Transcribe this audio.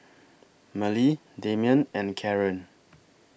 Mallie Demian and Caren